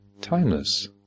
timeless